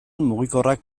mugikorrak